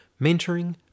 mentoring